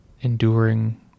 enduring